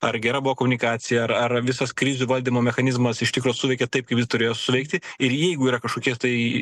ar gera buvo komunikacija ar ar visas krizių valdymo mechanizmas iš tikro suveikė taip kaip is turėjo suveikti ir jeigu yra kašokie tai